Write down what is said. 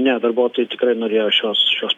ne darbuotojai tikrai norėjo šios šios